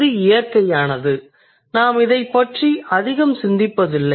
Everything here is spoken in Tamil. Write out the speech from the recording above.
இது இயற்கையானது நாம் இதைப் பற்றி அதிகம் சிந்திப்பதில்லை